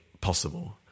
possible